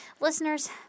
listeners